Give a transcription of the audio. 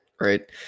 right